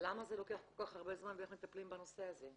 למה זה לוקח כל כך הרבה זמן ואיך מטפלים בעניין הזה?